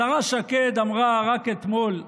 השרה שקד אמרה רק אתמול: